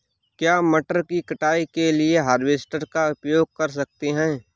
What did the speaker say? क्या मटर की कटाई के लिए हार्वेस्टर का उपयोग कर सकते हैं?